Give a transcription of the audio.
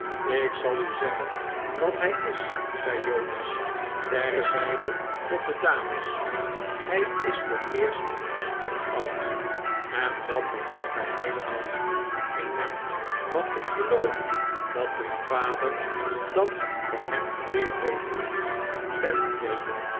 ik zal u zeggen wat hij is zei jonas terzijde tot de dames hij is vooreerst stokoud en dat bevalt mij heelemaal niet in hem want ik geloof dat mijn vader dat van hem geleerd heeft ten tweede